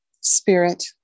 Spirit